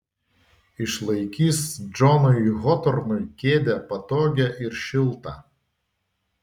išlaikys džonui hotornui kėdę patogią ir šiltą